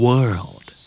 World